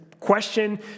question